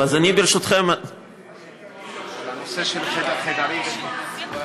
לא, סליחה, השר רשאי להשיב כרצונו.